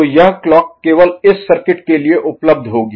तो यह क्लॉक केवल इस सर्किट के लिए उपलब्ध होगी